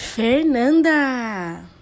Fernanda